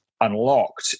unlocked